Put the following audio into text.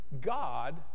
God